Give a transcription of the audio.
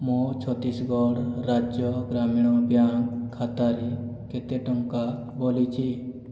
ମୋ ଛତିଶଗଡ଼ ରାଜ୍ୟ ଗ୍ରାମୀଣ ବ୍ୟାଙ୍କ୍ ଖାତାରେ କେତେ ଟଙ୍କା ବଲିଛି